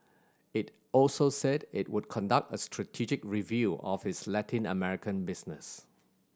it also said it would conduct a strategic review of its Latin American business